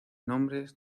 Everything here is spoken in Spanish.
nombres